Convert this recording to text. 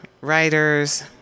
writers